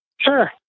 Sure